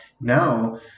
now